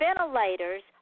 ventilators